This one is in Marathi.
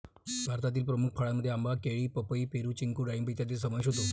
भारतातील प्रमुख फळांमध्ये आंबा, केळी, पपई, पेरू, चिकू डाळिंब इत्यादींचा समावेश होतो